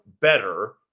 better